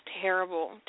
terrible